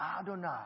Adonai